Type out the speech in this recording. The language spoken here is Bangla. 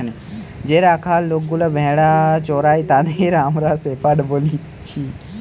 যে রাখাল লোকগুলা ভেড়া চোরাই তাদের আমরা শেপার্ড বলছি